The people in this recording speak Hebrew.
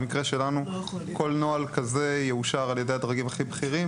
במקרה שלנו כל נוהל כזה יאושר על ידי הדרגים הכי בכירים